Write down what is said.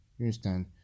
understand